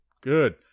Good